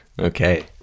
Okay